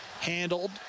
handled